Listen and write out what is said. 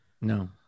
No